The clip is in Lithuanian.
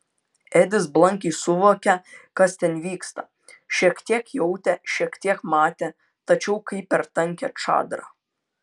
edis blankiai suvokė kas ten vyksta šiek tiek jautė šiek tiek matė tačiau kaip per tankią čadrą